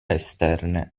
esterne